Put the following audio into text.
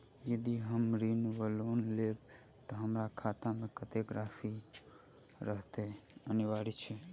यदि हम ऋण वा लोन लेबै तऽ हमरा खाता मे कत्तेक राशि रहनैय अनिवार्य छैक?